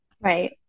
Right